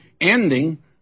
ending